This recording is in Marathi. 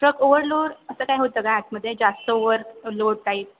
ट्रक ओवरलोड असं काय होतं का आतमध्ये जास्त ओवरलोड टाईप